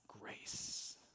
grace